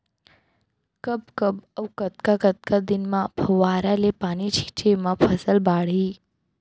कब कब अऊ कतका कतका दिन म फव्वारा ले पानी छिंचे म फसल बाड़ही?